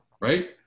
right